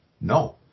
No